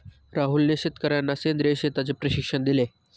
राहुलने शेतकर्यांना सेंद्रिय शेतीचे प्रशिक्षण दिले